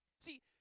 See